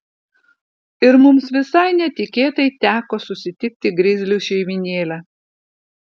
ir mums visai netikėtai teko susitikti grizlių šeimynėlę